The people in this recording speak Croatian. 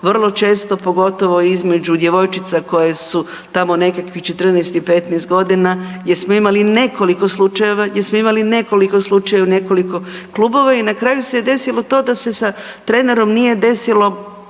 vrlo često pogotovo između djevojčica koje su tamo nekakvih 14 i 15 godina gdje smo imali nekoliko slučajeva, gdje smo imali nekoliko slučajeva u nekoliko klubova i na kraju se desilo to da se sa trenerom nije desilo